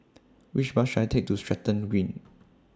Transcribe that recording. Which Bus should I Take to Stratton Green